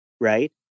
right